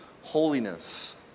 holiness